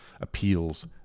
appeals